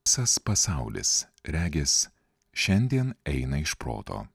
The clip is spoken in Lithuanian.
visas pasaulis regis šiandien eina iš proto